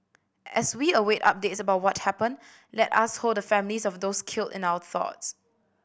as we await updates about what happened let us hold the families of those killed in our thoughts